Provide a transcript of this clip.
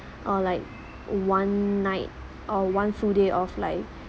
or like one night or one full day of like